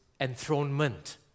enthronement